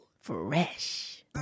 Fresh